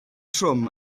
trwm